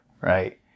Right